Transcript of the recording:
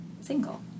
single